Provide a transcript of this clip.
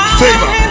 favor